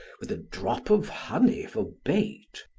with a drop of honey for bait,